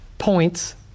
Points